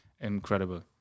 Incredible